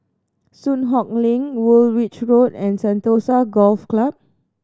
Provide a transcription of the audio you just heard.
Soon Hock Lane Woolwich Road and Sentosa Golf Club